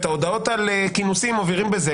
את ההודעות על כינוסים מעבירים ברמקולים,